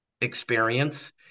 experience